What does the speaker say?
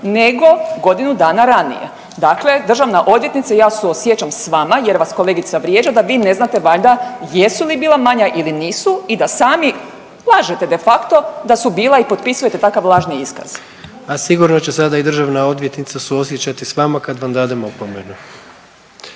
nego godinu dana ranije. Dakle, državna odvjetnica i ja suosjećam s vama jer vas kolegica vrijeđa da vi ne znate valjda jesu li bila manja ili nisu i da sami lažete de facto da su bila i potpisujete takav lažni iskaz. **Jandroković, Gordan (HDZ)** A sigurno će sada i državna odvjetnica suosjećati s vama kad vam dadem opomenu.